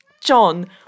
John